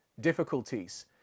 difficulties